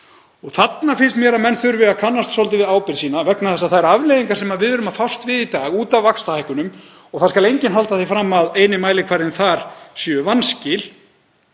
Þarna finnst mér að menn þurfi að kannast svolítið við ábyrgð sína vegna þess að þær afleiðingar sem við erum að fást við í dag út af vaxtahækkunum, og það skal enginn halda því fram að eini mælikvarðinn þar séu vanskil,